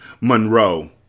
Monroe